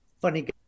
Funny